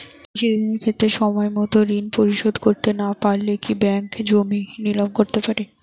কৃষিঋণের ক্ষেত্রে সময়মত ঋণ পরিশোধ করতে না পারলে কি ব্যাঙ্ক জমি নিলাম করতে পারে?